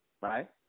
right